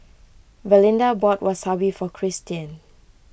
Valinda bought Wasabi for Cristian